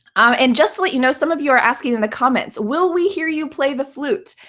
ah and just to let you know, some of you are asking in the comments will we hear you play the flute?